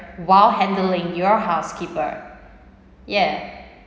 while handling your housekeeper yeah